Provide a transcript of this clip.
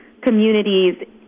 communities